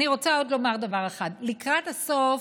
אני רוצה לומר עוד דבר אחד: לקראת הסוף,